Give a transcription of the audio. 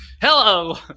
hello